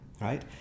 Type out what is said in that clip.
right